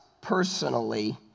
personally